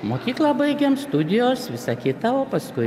mokyklą baigėm studijos visa kita o paskui